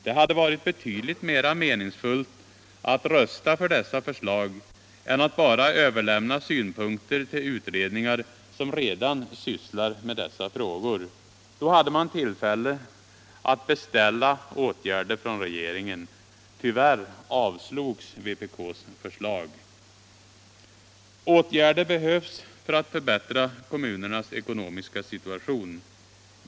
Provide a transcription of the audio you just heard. Det hade varit betydligt mera meningsfullt att rösta för dessa förslag än att bara överlämna synpunkter till utredningar som redan sysslar med dessa frågor. Då hade man tillfälle att beställa åtgärder från regeringen. Tyvärr avslogs vpk:s förslag. Åtgärder behövs för att förbättra kommunernas ekonomiska situation.